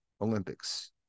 Olympics